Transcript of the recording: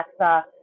Alexa